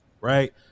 right